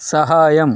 సహాయం